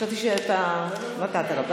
חשבתי שאתה נתת לו.